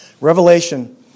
Revelation